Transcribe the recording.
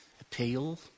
appeal